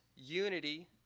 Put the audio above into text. Unity